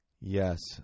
Yes